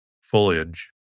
FOLIAGE